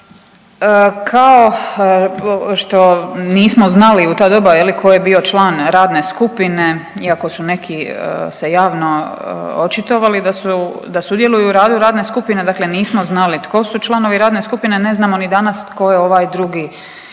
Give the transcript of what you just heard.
Kao što nismo znali u ta doba ko je bio član radne skupine, iako su neki se javno očitovali da sudjeluju u radu radne skupine dakle nismo znali tko su članovi radne skupine, ne znamo ni danas tko je ovaj drugi